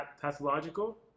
pathological